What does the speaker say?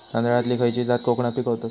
तांदलतली खयची जात कोकणात पिकवतत?